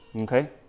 okay